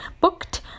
booked